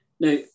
Now